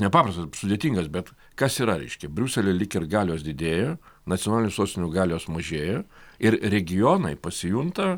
ne paprastas sudėtingas bet kas yra reiškia briuselio lyg ir galios didėja nacionalinių sostinių galios mažėja ir regionai pasijunta